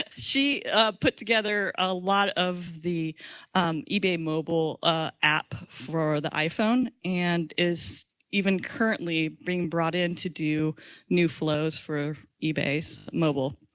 ah she put together a lot of the ebay mobile app for the iphone and is even currently being brought in to do new flows for ebay's mobile.